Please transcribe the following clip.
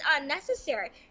unnecessary